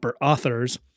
authors